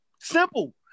Simple